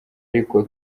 ariko